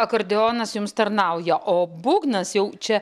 akordeonas jums tarnauja o būgnas jau čia